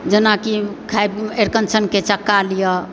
जेनाकि खाइ अरिकंचनके चक्का लिअ